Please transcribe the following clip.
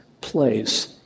place